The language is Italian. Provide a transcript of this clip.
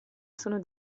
sono